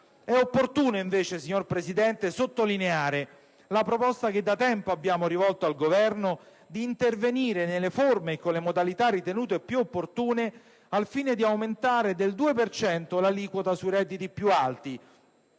È opportuno invece, signor Presidente, sottolineare la proposta che da tempo abbiamo rivolto al Governo di intervenire nelle forme e con le modalità ritenute più opportune al fine di aumentare del 2 per cento l'aliquota sui redditi più alti,